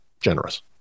generous